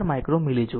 4 micro milli joule